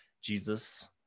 Jesus